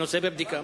הנושא בבדיקה.